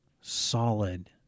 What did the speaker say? solid